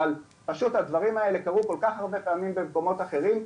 פשוט הדברים האלה קרו כל כך הרבה פעמים במקומות אחרים,